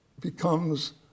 becomes